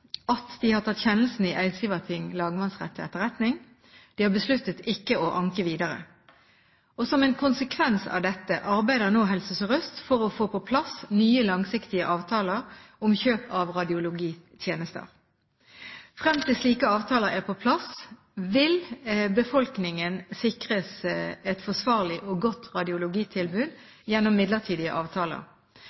at de har tatt kjennelsen i Eidsivating lagmannsrett til etterretning. De har besluttet ikke å anke videre. Som en konsekvens av dette, arbeider nå Helse Sør-Øst for å få på plass nye langsiktige avtaler om kjøp av radiologitjenester. Frem til slike avtaler er på plass, vil befolkningen sikres et forsvarlig og godt radiologitilbud gjennom midlertidige avtaler.